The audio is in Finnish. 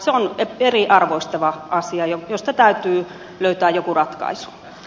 se on eriarvoistava asia josta täytyy löytää joku ratkaisu